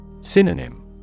Synonym